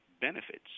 benefits